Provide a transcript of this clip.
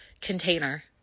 container